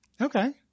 Okay